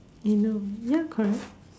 you know ya correct